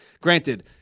Granted